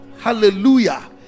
hallelujah